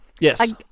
Yes